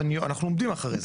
ואנחנו עומדים מאחרי זה.